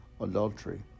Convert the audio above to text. adultery